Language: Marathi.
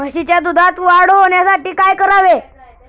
म्हशीच्या दुधात वाढ होण्यासाठी काय करावे?